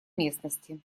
местности